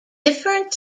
different